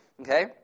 Okay